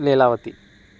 Leelavathi